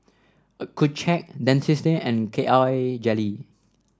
Accucheck Dentiste and K I jelly